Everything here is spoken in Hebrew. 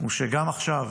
הוא שגם עכשיו